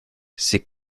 c’est